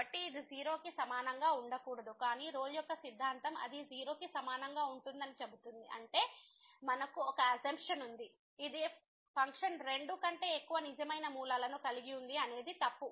కాబట్టి ఇది 0 కి సమానంగా ఉండకూడదు కానీ రోల్ యొక్క సిద్ధాంతం అది 0 కి సమానంగా ఉంటుందని చెబుతుంది అంటే మనకు ఒక అసమ్ప్శన ఉంది ఇది ఫంక్షన్ రెండు కంటే ఎక్కువ నిజమైన మూలాలను కలిగి ఉంది అనేది తప్పు